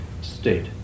state